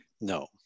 No